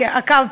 עקבתי,